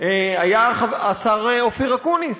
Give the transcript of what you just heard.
היה השר אופיר אקוניס.